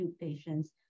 patients